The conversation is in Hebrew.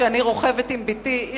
כשאני רוכבת עם בתי בתוך העיר,